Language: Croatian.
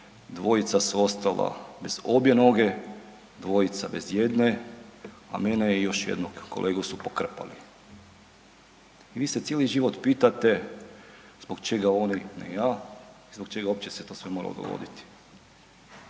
dvojica su ostala bez obje noge, dvojica bez jedne, a mene i još jednog kolegu su pokrpali. I vi se cijeli život pitate zbog čega oni ne ja, zbog čega opće se to sve moralo dogoditi?